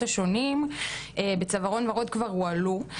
השונים בצווארון וורוד כבר הועלו.